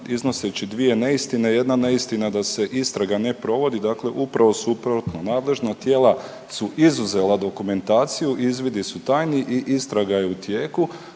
iznoseći dvije neistine, jedna neistina da se istraga ne provodi. Dakle, upravo suprotno nadležna tijela su izuzela dokumentaciju, izvidi su tajni i istraga je u tijeku.